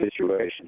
situation